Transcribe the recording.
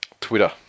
Twitter